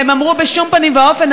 והם אמרו: בשום פנים ואופן.